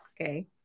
Okay